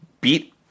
beat